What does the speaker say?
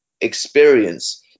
experience